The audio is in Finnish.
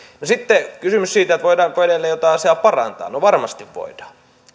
no sitten kysymys siitä voidaanko edelleen jotain asiaa parantaa varmasti voidaan